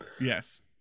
yes